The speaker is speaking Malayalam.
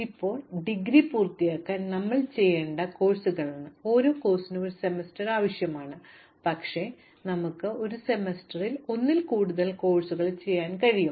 ഇപ്പോൾ ഡിഗ്രി പൂർത്തിയാക്കാൻ ഞങ്ങൾ ചെയ്യേണ്ട കോഴ്സുകളാണ് ഇവ ഓരോ കോഴ്സിനും ഒരു സെമസ്റ്റർ ആവശ്യമാണ് പക്ഷേ ഞങ്ങൾക്ക് ഒരു സെമസ്റ്ററിൽ ഒന്നിൽ കൂടുതൽ കോഴ്സുകൾ ചെയ്യാൻ കഴിയും